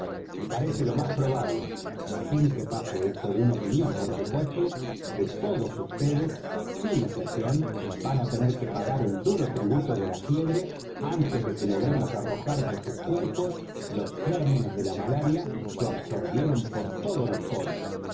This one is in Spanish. me parece lo más probable sin que pase esto de una opinión por supuesto que todos vds sin excepción van á tener que pagar el duro tributo de la fiebre antes de que logremos arrojar de sus cuerpos los gérmenes de la malaria que absorbieron por todos los poros